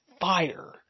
fire